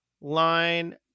line